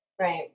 Right